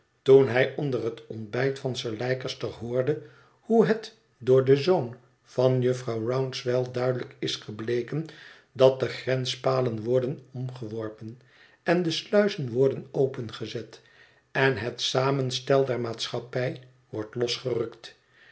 toen hij onder het ontbijt van sir leicester hoorde hoe het door den zoon van jufvrouw rouncewell duidelijk is gebleken dat de grenspalen worden omgeworpen en de sluizen worden opengezet en het samenstel der maatschappij wordt losgerukt